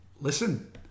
Listen